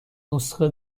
نسخه